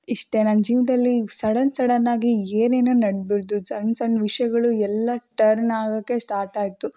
ಇಷ್ಟೇ ನನ್ನ ಜೀವನದಲ್ಲಿ ಸಡನ್ ಸಡನ್ನಾಗಿ ಏನೇನೋ ನಡ್ದು ಬಿಡ್ತು ಸಣ್ಸಣ್ಣ ವಿಷಯಗಳು ಎಲ್ಲ ಟರ್ನ್ ಆಗಕ್ಕೆ ಸ್ಟಾರ್ಟ್ ಆಯಿತು